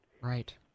Right